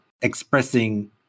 expressing